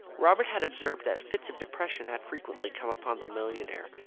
robert had observed that fits of depression had frequently come upon the millionaire,